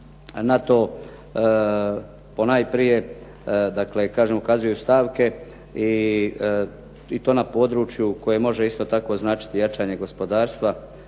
dakle kažem ukazuju stavke i to na području koje isto tako značiti jačanje gospodarstva,